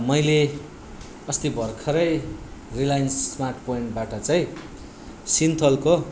मैले अस्ति भर्खरै रिलाइन्स स्मार्ट पोइन्टबाट चाहिँ सिन्थलको